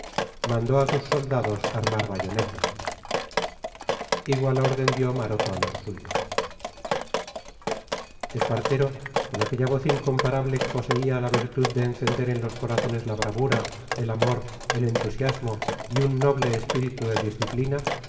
mandó a sus soldados armar bayonetas igual orden dio maroto a los suyos espartero con aquella voz incomparable que poseía la virtud de encender en los corazones la bravura el amor el entusiasmo y un noble espíritu de disciplina